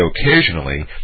occasionally